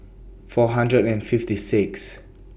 four hundred and fifty Sixth